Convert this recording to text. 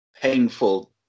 painful